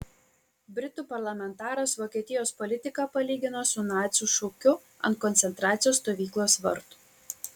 britų parlamentaras vokietijos politiką palygino su nacių šūkiu ant koncentracijos stovyklos vartų